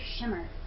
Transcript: shimmer